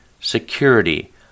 security